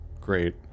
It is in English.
great